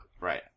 Right